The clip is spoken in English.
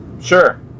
sure